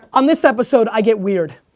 on this episode i get weird.